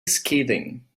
scathing